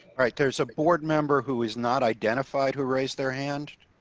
right, there's a board member who is not identified who raise their hand.